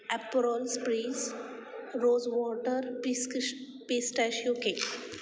Aperol spritz rose water पिसकिश pistachio cake